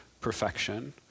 perfection